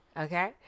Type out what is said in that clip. okay